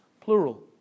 plural